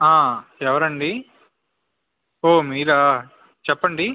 ఎవరండి ఓ మీరా చెప్పండి